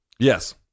Yes